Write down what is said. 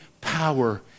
power